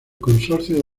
consorcio